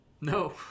No